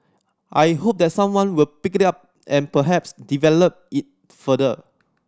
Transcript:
I hope that someone will pick it up and perhaps develop it further